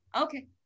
Okay